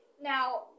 Now